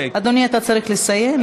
אדוני, אתה צריך לסיים.